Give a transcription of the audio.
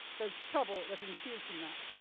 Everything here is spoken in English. there's trouble that ensues from that.